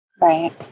Right